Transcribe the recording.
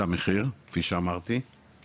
המחיר כפי שאמרתי,